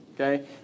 Okay